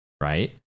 right